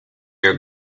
your